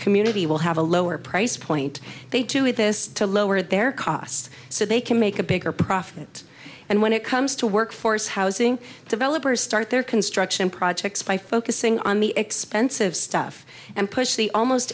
community will have a lower price point they do this to lower their costs so they can make a bigger profit and when it comes to workforce housing developers start their construction projects by focusing on the expensive stuff and push the almost